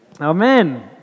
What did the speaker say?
Amen